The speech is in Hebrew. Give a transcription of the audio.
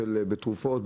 כמו למשל עם התרופות,